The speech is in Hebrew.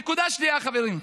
נקודה שנייה, חברים: